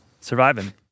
surviving